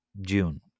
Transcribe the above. june